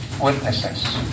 witnesses